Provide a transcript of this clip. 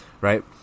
right